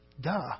Duh